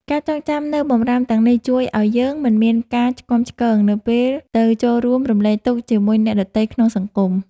ការចងចាំនូវបម្រាមទាំងនេះជួយឱ្យយើងមិនមានការឆ្គាំឆ្គងនៅពេលទៅចូលរួមរំលែកទុក្ខជាមួយអ្នកដទៃក្នុងសង្គម។